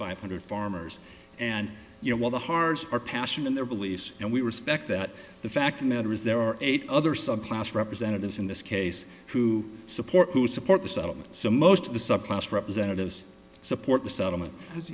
five hundred farmers and you know while the heart of our passion in their beliefs and we respect that the fact of matter is there are eight other subclass representatives in this case who support to support the settlement so most of the subclass representatives support the settlement as